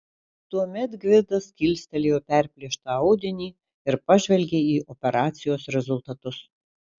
tuomet gvidas kilstelėjo perplėštą audinį ir pažvelgė į operacijos rezultatus